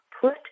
put